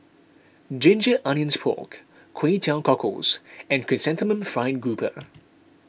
Ginger Onions Pork Kway Teow Cockles and Chrysanthemum Fried Grouper